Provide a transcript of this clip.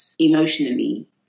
emotionally